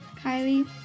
Kylie